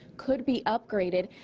could be upgraded.